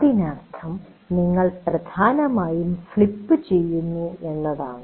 അതിനർത്ഥം നിങ്ങൾ പ്രധാനമായും ഫ്ലിപ്പ് ചെയ്യുന്നു എന്നാണ്